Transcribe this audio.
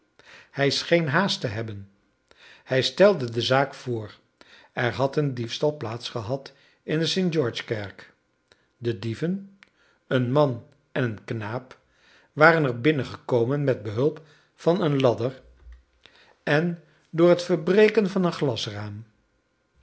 hij scheen haast te hebben hij stelde de zaak voor er had een diefstal plaats gehad in de sint georgekerk de dieven een man en een knaap waren er binnengekomen met behulp van een ladder en door het verbreken van een glasraam